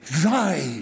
thy